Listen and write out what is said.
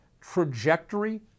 trajectory